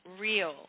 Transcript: real